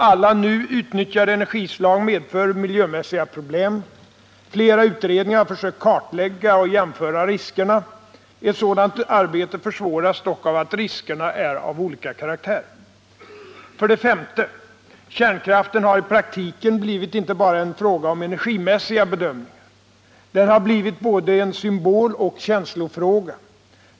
Alla nu uttnyttjade energislag medför miljömässiga problem. Flera utredningar har försökt kartlägga och jämföra riskerna. Ett sådant arbete försvåras dock av att riskerna är av olika karaktär. 5. Kärnkraften har i praktiken blivit inte bara en fråga om energimässiga bedömningar. Den har blivit både en symboloch en känslofråga.